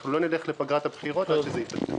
אנחנו לא נלך לפגרת הבחירות עד שזה ייפתר.